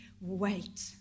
wait